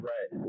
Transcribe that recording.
Right